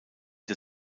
der